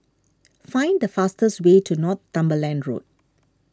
find the fastest way to Northumberland Road